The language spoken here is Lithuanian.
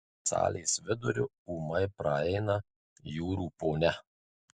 salės viduriu ūmai praeina jūrų ponia